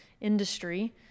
industry